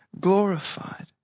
glorified